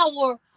power